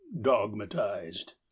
dogmatized